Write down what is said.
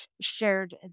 shared